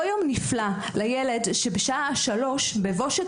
לא "יום נפלא" לילד שבשעה שלוש בבושת